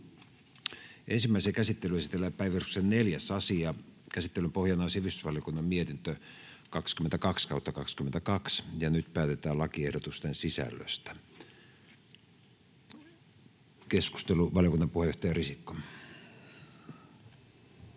Ensimmäiseen käsittelyyn esitellään päiväjärjestyksen 11. asia. Käsittelyn pohjana on sosiaali- ja terveysvaliokunnan mietintö StVM 52/2022 vp. Nyt päätetään lakiehdotusten sisällöstä. — Keskustelu, valiokunnan puheenjohtaja,